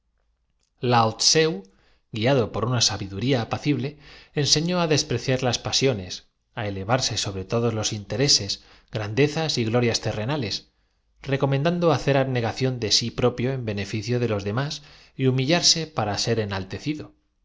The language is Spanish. lao tseu guiado por una sabiduría apacible ense pasibilidad sus sectarios abusaron de esta inacción ñó á despreciar las pasiones á elevarse sobre todos los para abandonarse á un rígido ascetismo y procla intereses grandezas y glorias terrenales recomendan mando que la sabiduría engendra los desórdenes re do hacer abnegación de sí propio en beneficio de los comendaron al pueblo la ignorancia más absoluta demás y humillarse para ser